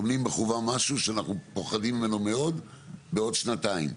טומנים בחובם משהו שאנחנו פוחדים ממנו מאוד בעוד שנתיים,